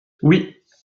oui